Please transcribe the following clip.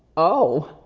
oh!